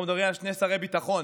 אנחנו מדברים על שני שרי ביטחון,